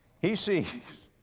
he sees